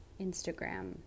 Instagram